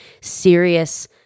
serious